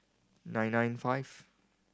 nine nine five